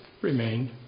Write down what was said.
remained